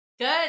Good